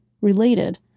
related